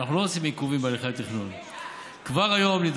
ואנחנו לא רוצים עיכובים בהליכי התכנון.